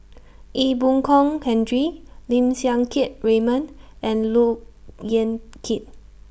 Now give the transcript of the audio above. Ee Boon Kong Henry Lim Siang Keat Raymond and Look Yan Kit